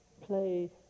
play